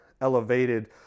elevated